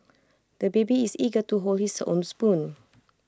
the baby is eager to hold his own spoon